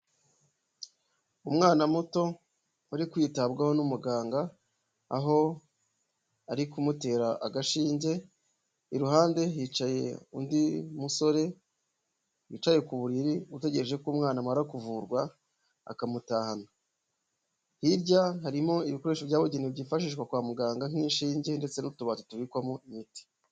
Umwana muto, uri kwitabwaho n'umuganga, aho ari kumutera agashinge, iruhande hicaye undi musore wicaye ku buriri, utegereje ko umwana amara kuvurwa akamutahana, hirya harimo ibikoresho byabugenewe byifashishwa kwa muganga nk'inshinge, ndetse n'utubati tubikwamo imiti.